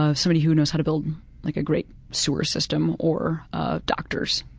ah somebody who knows how to build like a great sewer system, or ah doctors,